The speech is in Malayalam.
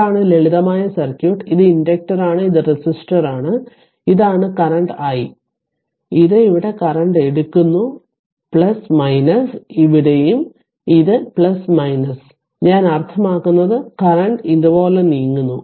ഇതാണ് ലളിതമായ സർക്യൂട്ട് ഇത് ഇൻഡക്റ്ററാണ് ഇത് റെസിസ്റ്ററാണ് ഇതാണ് കറന്റ് i ഇത് ഇവിടെ കറന്റ് എടുക്കുന്നു ഇവിടെയും ഇത് ഞാൻ അർത്ഥമാക്കുന്നത് കറന്റ് കറന്റ് ഇതുപോലെ നീങ്ങുന്നു